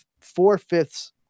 four-fifths